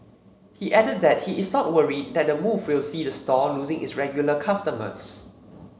he added that he is not worried that the move will see the store losing its regular customers